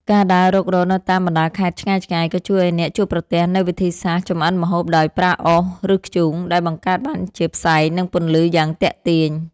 ការដើររុករកនៅតាមបណ្ដាខេត្តឆ្ងាយៗ ក៏ជួយឱ្យអ្នកជួបប្រទះនូវវិធីសាស្ត្រចម្អិនម្ហូបដោយប្រើអុស ឬធ្យូង ដែលបង្កើតបានជាផ្សែង និងពន្លឺយ៉ាងទាក់ទាញ។